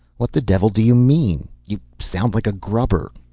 what the devil do you mean? you sound like a grubber.